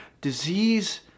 disease